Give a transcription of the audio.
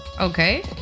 Okay